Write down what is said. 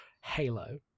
Halo